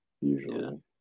usually